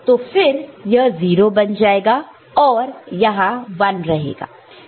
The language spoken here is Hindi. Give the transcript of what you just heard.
तो फिर यह 0 बन जाएगा और यहां 1 रहेगा